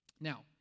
Now